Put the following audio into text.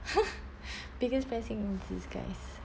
biggest blessing in disguise